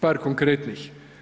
Par konkretnih.